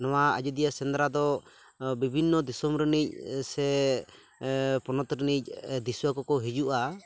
ᱱᱚᱣᱟ ᱟᱡᱳᱫᱤᱭᱟ ᱥᱮᱸᱫᱽᱨᱟ ᱫᱚ ᱵᱤᱵᱷᱤᱱᱱᱚ ᱫᱤᱥᱚᱢ ᱨᱤᱱᱤᱡ ᱥᱮ ᱯᱚᱱᱚᱛ ᱨᱤᱱᱤᱡ ᱫᱤᱥᱩᱣᱟᱹᱠᱚ ᱠᱚ ᱦᱤᱡᱩᱜᱼᱟ